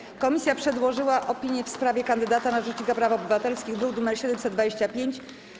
Właściwa komisja przedłożyła opinię w sprawie kandydata na rzecznika praw obywatelskich, druk nr 725.